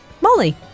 Molly